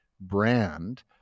brand